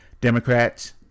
Democrats